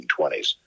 1920s